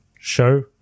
show